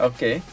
Okay